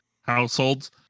households